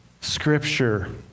Scripture